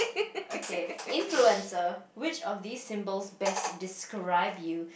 okay influencer which of these symbols best describe you